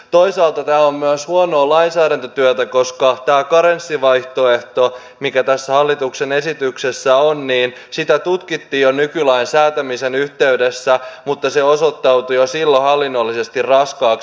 toisaalta tämä on myös huonoa lainsäädäntötyötä koska tätä karenssivaihtoehtoa mikä tässä hallituksen esityksessä on tutkittiin jo nykylain säätämisen yhteydessä mutta se osoittautui jo silloin hallinnollisesti raskaaksi